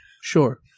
Sure